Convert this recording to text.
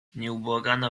nieubłagana